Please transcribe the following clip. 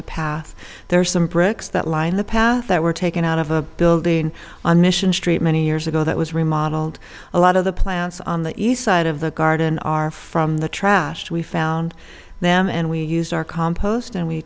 the math there are some bricks that lined the path that were taken out of a building on mission street many years ago that was remodeled a lot of the plants on the east side of the garden are from the trash we found them and we used our compost and we